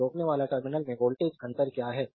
तो रोकनेवाला टर्मिनल में वोल्टेज अंतर क्या है